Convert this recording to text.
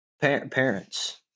parents